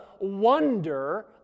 wonder